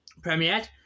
premiered